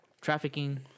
Trafficking